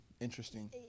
interesting